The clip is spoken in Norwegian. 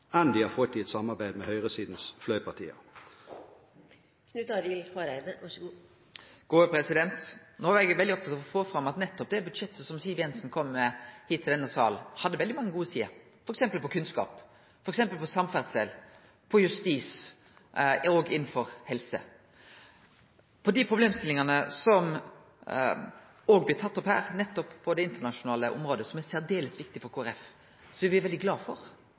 enn de har fått i et samarbeid med høyresidens fløypartier? No er eg veldig opptatt av å få fram at nettopp det budsjettet som Siv Jensen kom med hit til denne salen, hadde veldig mange gode sider, f.eks. på kunnskap, på samferdsel, på justis og innanfor helse. Når det gjeld problemstillingane på det internasjonale området, som òg blir tatt opp her, og som er særdeles viktig for Kristeleg Folkeparti, er me veldig glade for